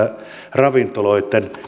ravintoloitten